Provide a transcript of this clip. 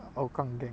hougang gang